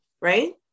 right